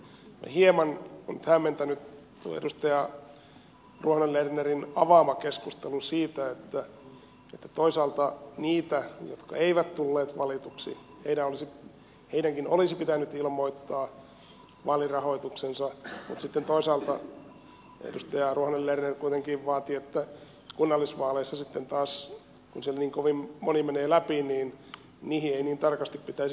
hieman on nyt hämmentänyt tuo edustaja ruohonen lernerin avaama keskustelu siitä että toisaalta niidenkin jotka eivät tulleet valituiksi olisi pitänyt ilmoittaa vaalirahoituksensa mutta sitten toisaalta edustaja ruohonen lerner kuitenkin vaatii että kunnallisvaaleissa sitten taas kun siellä niin kovin moni menee läpi niihin ei niin tarkasti pitäisi keskittyäkään